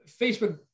Facebook